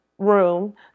room